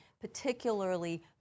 particularly